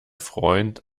freund